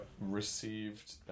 received